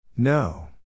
No